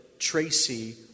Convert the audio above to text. Tracy